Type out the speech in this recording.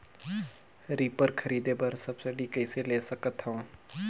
Reaper खरीदे बर subsidy कइसे ले सकथव?